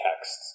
texts